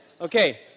okay